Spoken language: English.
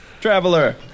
Traveler